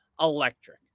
electric